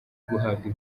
guhabwa